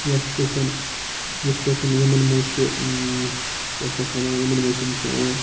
یَتھ پیٚٹھ یِتھ پٲٹھۍ یِمَن مَنٛز چھُ کیاہ چھِ یَتھ وَنان یِمَن مَنٛز چھُ یِوان